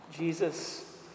Jesus